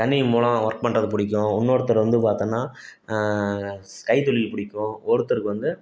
கணினி மூலம் ஒர்க் பண்ணுறது பிடிக்கும் இன்னொருத்தரை வந்து பார்த்தோன்னா ஸ் கைத்தொழில் பிடிக்கும் ஒருத்தருக்கு வந்து